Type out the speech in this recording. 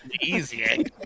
easy